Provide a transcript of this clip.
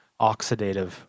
oxidative